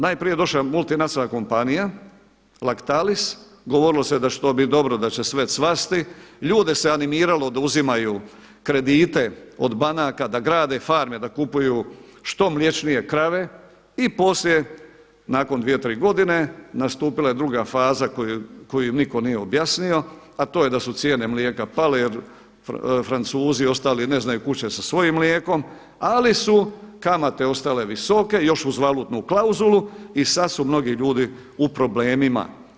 Najprije je došla multinacionalna kompanija Laktalis, govorilo se da će to biti dobro, da će sve cvasti, ljude se animiralo da uzimaju kredite od banaka, da grade farme, da kupuju što mlječnije krave i poslije nakon dvije, tri godine nastupila je druga faza koju niko nije objasnio, a to je da su cijene mlijeka pale jer Francuzi i ostali ne znaju kud će sa svojim mlijekom, ali su kamate ostale visoke još uz valutnu klauzulu i sada su mnogi ljudi u problemima.